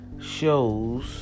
shows